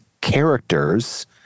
characters